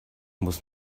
muss